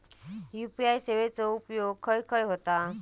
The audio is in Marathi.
यू.पी.आय सेवेचा उपयोग खाय खाय होता?